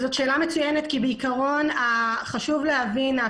זאת שאלה מצוינת כי חשוב להבין שמטרת